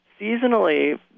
seasonally